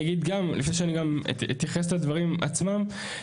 לפני שאני אתייחס לדברים עצמם,